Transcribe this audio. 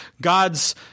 God's